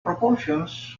proportions